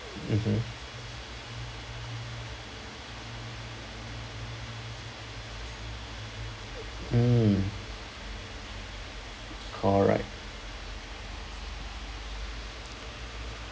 mmhmm mm correct